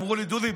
אמרו לי: דודי,